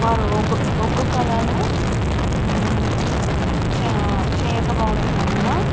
వారు ఒగ్గు ఒగ్గు కళను చ చేయకపోవడం వలన